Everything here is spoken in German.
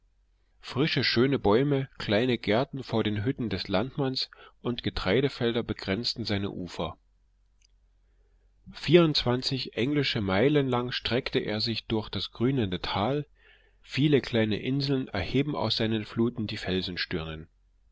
frische schöne bäume kleine gärten vor den hütten des landmanns und getreidefelder begrenzten seine ufer vierundzwanzig englische meilen lang streckte er sich hin durch das grünende tal viele kleine inseln erheben aus seinen fluten die